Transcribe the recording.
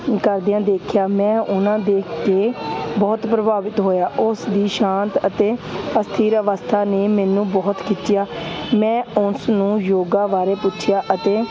ਕਰਦਿਆਂ ਦੇਖਿਆ ਮੈਂ ਉਹਨਾਂ ਦੇਖ ਕੇ ਬਹੁਤ ਪ੍ਰਭਾਵਿਤ ਹੋਇਆ ਉਸ ਦੀ ਸ਼ਾਂਤ ਅਤੇ ਅਸਥਿਰ ਅਵਸਥਾ ਨੇ ਮੈਨੂੰ ਬਹੁਤ ਖਿੱਚਿਆ ਮੈਂ ਉਸ ਨੂੰ ਯੋਗਾ ਬਾਰੇ ਪੁੱਛਿਆ